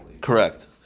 Correct